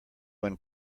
when